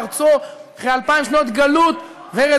שיבת עם ישראל לארצו אחרי אלפיים שנות גלות ורדיפות,